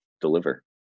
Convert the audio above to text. deliver